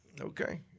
Okay